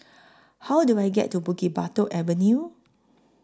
How Do I get to Bukit Batok Avenue